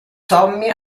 tommy